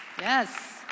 Yes